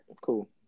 cool